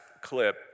clip